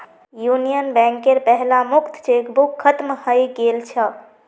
union बैंकेर पहला मुक्त चेकबुक खत्म हइ गेल छ